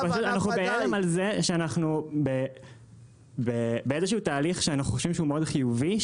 פשוט אנחנו בהלם על כך שאנחנו בתהליך שאנחנו חושבים שהוא חיובי מאוד,